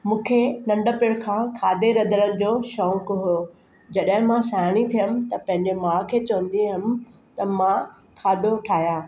मूंखे नंढपण खां खाधे रधण जो शौक़ु हुओ जॾहिं मां सयानी थियमि त पंहिंजे माउ खे चवंदी हुअमि त मां खाधो ठाहियां